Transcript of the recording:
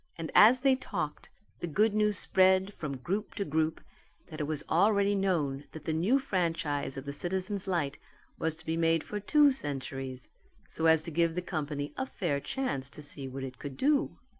and as they talked, the good news spread from group to group that it was already known that the new franchise of the citizens' light was to be made for two centuries so as to give the company a fair chance to see what it could do.